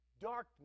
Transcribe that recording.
darkness